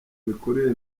mikurire